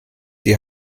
die